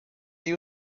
you